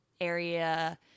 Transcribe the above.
area